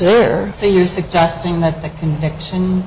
there so you're suggesting that a conviction